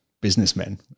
businessmen